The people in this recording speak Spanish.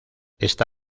esta